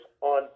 on